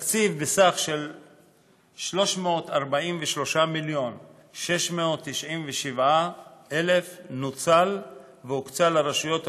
התקציב בסך 343 מיליון ו-697,000 שקלים נוצל והוקצה לרשויות המקומיות,